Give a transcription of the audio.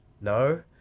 no